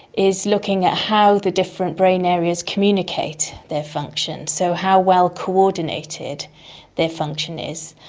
is looking at how the different brain areas communicate their functions, so how well coordinated their function is.